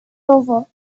over